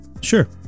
Sure